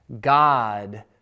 God